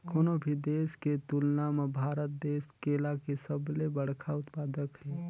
कोनो भी देश के तुलना म भारत देश केला के सबले बड़खा उत्पादक हे